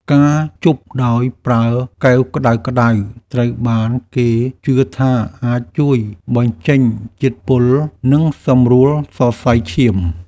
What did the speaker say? ការជប់ដោយប្រើកែវក្តៅៗ ត្រូវបានគេជឿថាអាចជួយបញ្ចេញជាតិពុល និងសម្រួលសរសៃឈាម។